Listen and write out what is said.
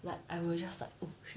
like I will just like